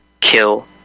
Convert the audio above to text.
kill